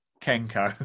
Kenko